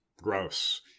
gross